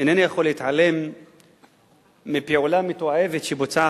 אינני יכול להתעלם מפעולה מתועבת שבוצעה